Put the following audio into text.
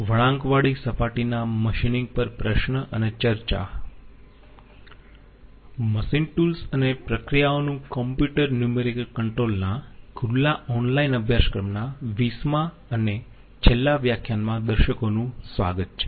વળાંકવાળી સપાટીના મશીનિંગ પર પ્રશ્ન અને ચર્ચા મશીન ટૂલ્સ અને પ્રક્રિયાઓનું કમ્પ્યુટર ન્યૂમેરિકલ કંટ્રોલ ના ખુલ્લા ઑનલાઈન અભ્યાસક્રમના 20માં અને છેલ્લા વ્યાખ્યાનમાં દર્શકોનું સ્વાગત છે